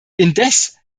indes